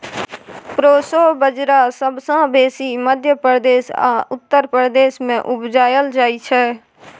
proso बजरा सबसँ बेसी मध्य प्रदेश आ उत्तर प्रदेश मे उपजाएल जाइ छै